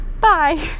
bye